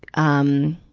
um,